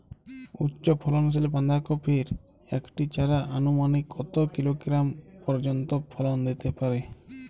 উচ্চ ফলনশীল বাঁধাকপির একটি চারা আনুমানিক কত কিলোগ্রাম পর্যন্ত ফলন দিতে পারে?